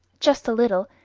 just a little,